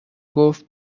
گفت